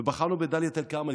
ובחרנו בדאלית אל-כרמל,